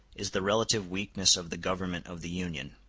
is the relative weakness of the government of the union.